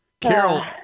Carol